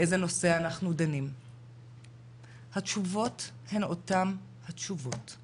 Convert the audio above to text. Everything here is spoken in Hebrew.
הנושא היום מחדל התחבורה שפוגע בזכות ילדים לחינוך.